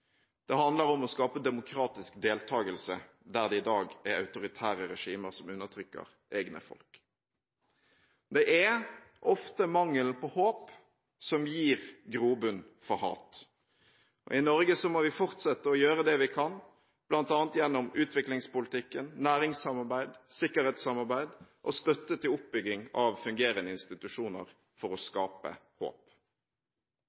Det handler om å skape demokratisk deltakelse der det i dag er autoritære regimer som undertrykker egne folk. Det er ofte mangel på håp som gir grobunn for hat. I Norge må vi fortsette å gjøre det vi kan bl.a. gjennom utviklingspolitikken, næringssamarbeid, sikkerhetssamarbeid og støtte til oppbygging av fungerende institusjoner for å